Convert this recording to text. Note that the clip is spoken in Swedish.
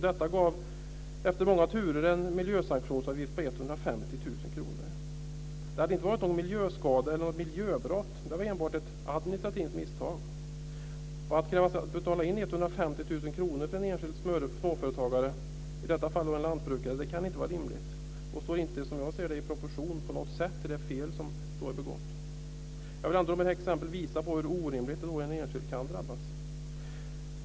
Efter många turer gav detta en miljösanktionsavgift på 150 000 kr. Det hade inte varit någon miljöskada eller miljöbrott, enbart ett administrativt misstag. Att betala in 150 000 kr för en enskild småföretagare, i detta fall en lantbrukare, kan inte vara rimligt. Det står inte i proportion till det fel som har begåtts. Jag vill med det exemplet visa på hur orimligt en enskild kan drabbas.